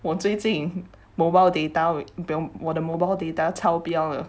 我最近 mobile data 我的 mobile data 超标了